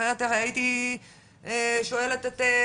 אחרת הרי הייתי שואלת את,